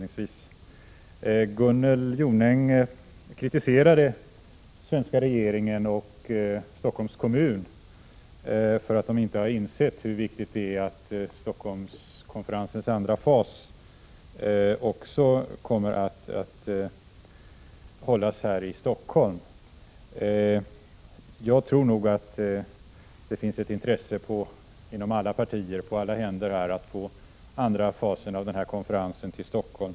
Gunnel Jonäng kritiserade svenska regeringen och Stockholms kommun för att de inte har insett hur viktigt det är att Stockholmskonferensens andra fas kommer att äga rum här i Stockholm. Jag tror nog att det finns ett intresse inom alla partier och på alla händer av att den andra fasen av konferensen anordnas i Stockholm.